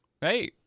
hey